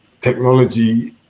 technology